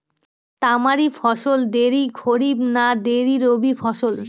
তামারি ফসল দেরী খরিফ না দেরী রবি ফসল?